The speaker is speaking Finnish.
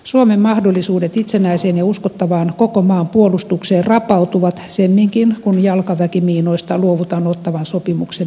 suomen mahdollisuudet itsenäiseen ja uskottavaan koko maan puolustukseen rapautuvat semminkin kun jalkaväkimiinoista luovutaan ottawan sopimuksen myötä